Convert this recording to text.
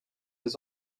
his